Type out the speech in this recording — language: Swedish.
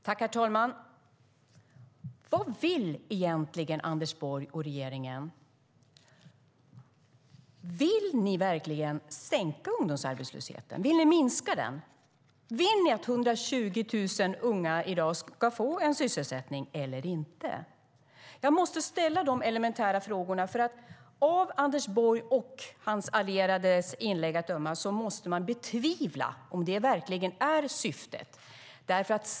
Herr talman! Vad vill egentligen Anders Borg och regeringen? Vill ni verkligen sänka ungdomsarbetslösheten? Vill ni minska den? Vill ni att 120 000 unga i dag ska få en sysselsättning eller inte? Jag måste ställa de elementära frågorna. Av Anders Borg och hans allierades inlägg att döma måste man betvivla om det verkligen är syftet.